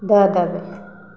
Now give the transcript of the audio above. दऽ देबै